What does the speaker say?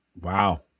wow